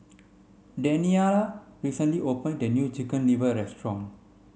Daniella recently opened a new chicken liver restaurant